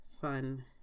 fun